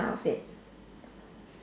of it